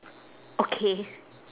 okay